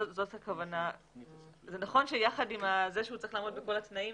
זה נכון שיחד עם זה שהוא צריך לעמוד בכל התנאים,